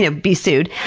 ah be sued.